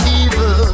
evil